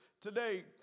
today